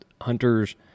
hunters